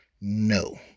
No